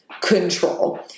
control